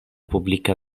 publika